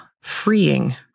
freeing